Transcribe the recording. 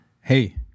hey